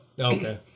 okay